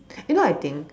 you know I think